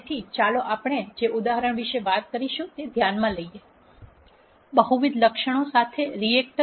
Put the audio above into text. તેથી ચાલો આપણે જે ઉદાહરણ વિશે વાત કરીશું તે ધ્યાનમાં લઈએ બહુવિધ લક્ષણો સાથે રિએક્ટર